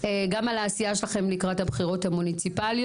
גם על העשייה שלכן לקראת הבחירות המוניציפליות,